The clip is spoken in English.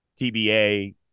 TBA